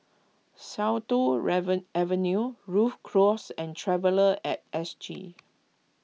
Sian Tuan Avenue Rhu Cross and Traveller at S G